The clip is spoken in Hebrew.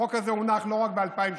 החוק הזה הונח לא רק ב-2017.